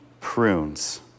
prunes